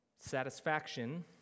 satisfaction